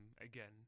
again